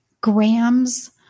grams